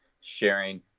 sharing